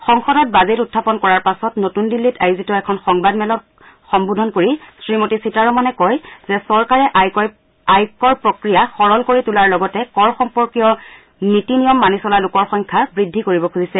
সংসদত বাজেট উখাপন কৰাৰ পাছত নতুন দিল্লীত আয়োজিত এখন সংবাদ মেলক সংস্বোধন কৰি শ্ৰীমতী সীতাৰমণে কয় যে চৰকাৰে আয়কৰ প্ৰক্ৰিয়া সৰল কৰি তোলাৰ লগতে কৰ সম্পৰ্কীয় নীতি নিয়ম মানি চলা লোকৰ সংখ্যা বৃদ্ধি কৰিব খুজিছে